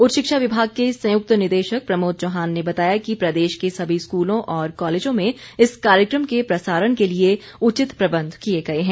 उच्च शिक्षा विभाग के संयुक्त निदेशक प्रमोद चौहान ने बताया कि प्रदेश के सभी स्कूलों और कॉलेजों में इस कार्यक्रम के प्रसारण के लिए उचित प्रबंध किए गए हैं